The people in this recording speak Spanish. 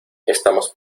estamos